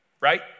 right